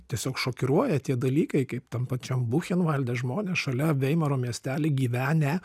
tiesiog šokiruoja tie dalykai kaip tam pačiam buchenvalde žmonės šalia veimaro miestely gyvenę